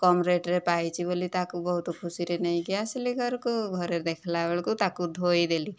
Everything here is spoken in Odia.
କମ ରେଟ୍ରେ ପାଇଛି ବୋଲି ତାହାକୁ ବହୁତ ଖୁସିରେ ନେଇକି ଆସିଲି ଘରକୁ ଘରେ ଦେଖିଲା ବେଳକୁ ତାକୁ ଧୋଇ ଦେଲି